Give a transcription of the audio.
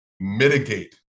mitigate